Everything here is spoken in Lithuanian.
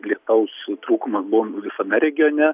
lietaus trūkumas buvom visame regione